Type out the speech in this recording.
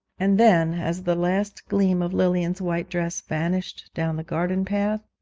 and then, as the last gleam of lilian's white dress vanished down the garden path,